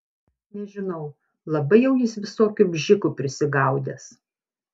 nežinau labai jau jis visokių bžikų prisigaudęs